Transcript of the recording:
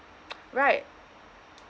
right